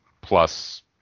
plus